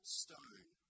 stone